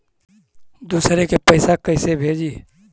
दुसरे के पैसा कैसे भेजी?